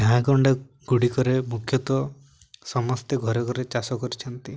ଗାଁଗଣ୍ଡା ଗୁଡ଼ିକରେ ମୁଖ୍ୟତଃ ସମସ୍ତେ ଘରେ ଘରେ ଚାଷ କରିଛନ୍ତି